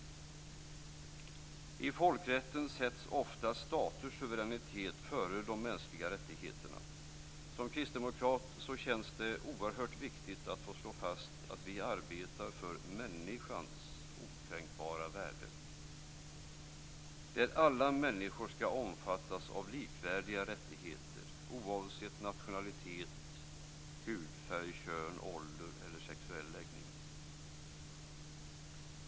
I folkrätten sätts ofta staters suveränitet före de mänskliga rättigheterna. Som kristdemokrat känns det oerhört viktigt att få slå fast att vi arbetar för människans okränkbara värde. Alla människor ska omfattas av likvärdiga rättigheter oavsett nationalitet, hudfärg, kön, ålder eller sexuell läggning.